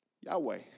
Yahweh